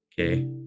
okay